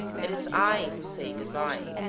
it is i who say good-by.